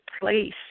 place